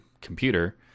computer